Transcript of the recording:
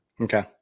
Okay